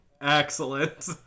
Excellent